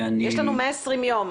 יש לנו 120 יום,